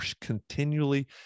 continually